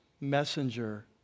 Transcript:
messenger